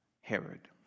Herod